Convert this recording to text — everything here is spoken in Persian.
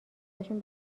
ازشون